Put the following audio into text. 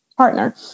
partner